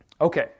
Okay